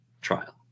trial